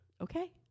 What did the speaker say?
Okay